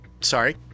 sorry